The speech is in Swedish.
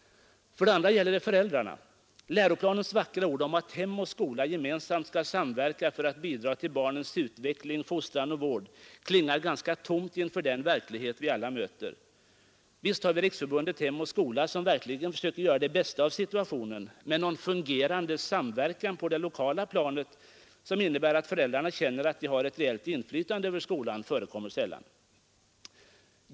För det andra gäller det föräldrarna. Läroplanens vackra ord om att hem och skola skall samverka för att gemensamt bidra till barnens utveckling, fostran och vård klingar ganska tomt inför den verklighet vi alla möter. Visst har vi Riksförbundet Hem och skola, som verkligen försöker göra det bästa av situationen, men någon fungerande samverkan på det lokala planet, som innebär att föräldrarna känner att de har ett reellt inflytande över skolan, förekommer sällan.